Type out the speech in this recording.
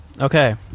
Okay